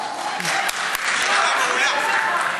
זאת השאלה.